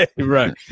Right